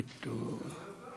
ביטול.